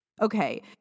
Okay